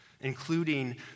including